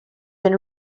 been